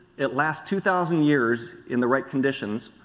it lasts two thousand years in the right conditions,